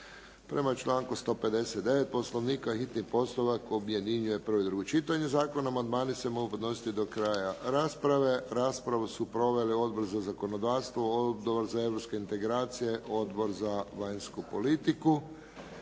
Prema članku 159. Poslovnika hitni postupak objedinjuje prvo i drugo čitanje zakona. Amandmani se mogu podnositi do kraja rasprave. Raspravu su proveli Odbor za zakonodavstvo, Odbor za europske integracije, Odbor za vanjsku politiku.